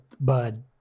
bud